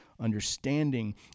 understanding